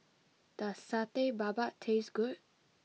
does Satay Babat taste good